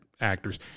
actors